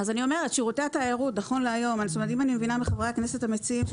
אם אני מבינה נכון מחברי הכנסת המציעים,